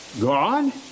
God